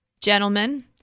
gentlemen